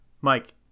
Mike